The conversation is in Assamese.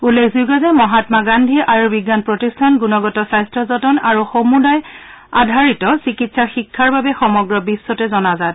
উল্লেখযোগ্য যে মহাম্মা গান্ধী আয়ুবিজ্ঞান প্ৰতিষ্ঠান গুণগত স্বাস্থ্যযতন আৰু সমূহায় আধাৰিত চিকিৎসা শিক্ষাৰ বাবে সমগ্ৰ বিখ্যতে জনাজাত